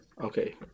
Okay